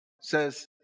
says